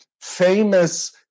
famous